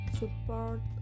support